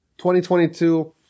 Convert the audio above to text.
2022